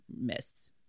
miss